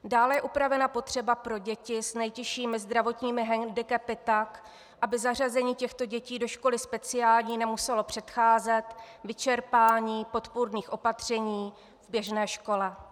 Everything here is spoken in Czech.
Dále je upravena potřeba pro děti s nejtěžšími zdravotními hendikepy tak, aby zařazení těchto dětí do školy speciální nemuselo předcházet vyčerpání podpůrných opatření v běžné škole.